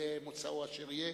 יהיה מוצאו אשר יהיה,